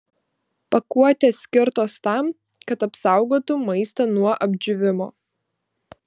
pakuotės skirtos tam kad apsaugotų maistą nuo apdžiūvimo